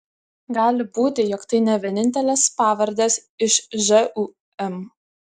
gali būti jog tai ne vienintelės pavardės iš žūm